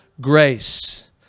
grace